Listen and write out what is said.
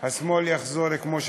השמאל יחזור כמו שצריך.